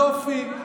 יופי.